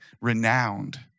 renowned